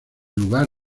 lugar